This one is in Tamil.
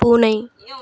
பூனை